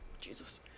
Jesus